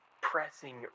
pressing